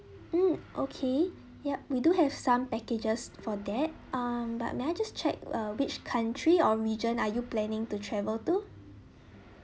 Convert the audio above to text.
um okay yup we do have some packages for that um but may I just check uh which country or region are you planning to travel to